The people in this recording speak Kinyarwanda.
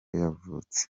yavutse